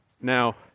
Now